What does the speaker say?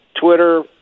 Twitter